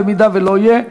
אם לא יהיה,